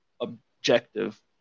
objective